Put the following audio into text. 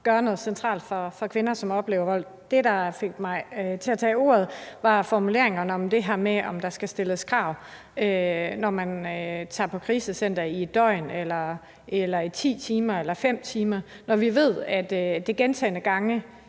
gøre noget centralt for kvinder, som oplever vold. Det, der fik mig til at tage ordet, var formuleringerne om det her med, om der skal stilles krav, når man tager på krisecenter i 1 døgn eller i 5 eller 10 timer, når vi ved, at det kræver gentagne